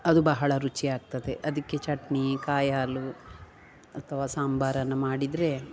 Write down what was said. ಅದು ಬಹಳ ರುಚಿಯಾಗ್ತದೆ ಅದಕ್ಕೆ ಚಟ್ನೀ ಕಾಯಿ ಹಾಲು ಅಥವಾ ಸಾಂಬಾರನ್ನ ಮಾಡಿದರೆ